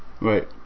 Right